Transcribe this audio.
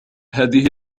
هذه